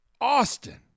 Austin